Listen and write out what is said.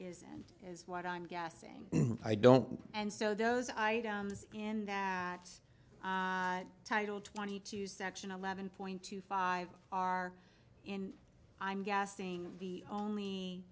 isn't is what i'm guessing i don't and so those items in the us title twenty two section eleven point two five are in i'm guessing the only